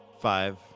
Five